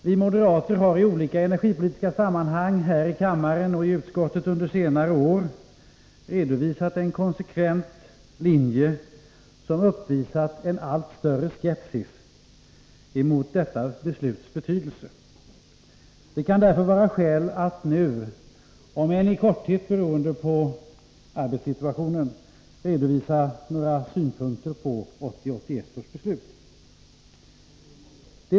Vi moderater har i olika energipolitiska sammanhang här i kammaren och i utskottet under senare år redovisat en konsekvent linje, som uppvisat en allt större skepsis mot detta besluts betydelse. Det kan därför vara skäl att nu, om än i korthet beroende på arbetssituationen, framföra några synpunkter på 1981 års beslut.